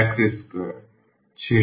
1fx2 ছিল